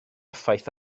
effaith